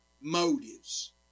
motives